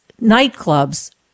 nightclubs